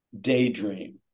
daydream